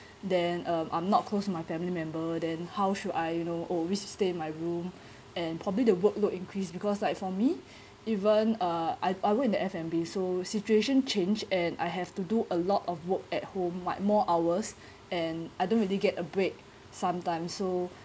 then um I'm not close to my family member then how should I you know always stay in my room and probably the workload increase because like for me even uh I I work in the F_N_B so situation change and I have to do a lot of work at home like more hours and I don't really get a break sometimes so